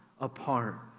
apart